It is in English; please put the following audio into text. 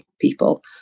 people